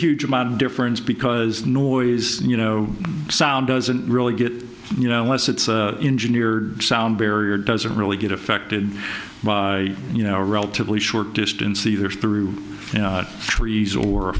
huge amount of difference because noise you know sound doesn't really get you know unless it's engineered sound barrier doesn't really get affected by you know a relatively short distance either through trees or a